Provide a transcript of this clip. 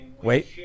Wait